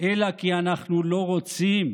אלא כי אנחנו לא רוצים.